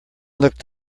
looked